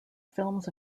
films